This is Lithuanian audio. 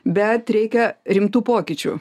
bet reikia rimtų pokyčių